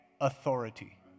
authority